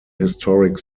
historic